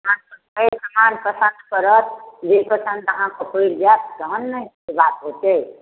अहाँ एबै सामान पसन्द पड़त जे पसन्द अहाँके पड़ि जैत तहन ने से बात हेतै